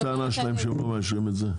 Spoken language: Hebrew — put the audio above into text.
מה הטענה שלהם שהם לא אישרו את זה?